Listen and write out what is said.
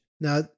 Now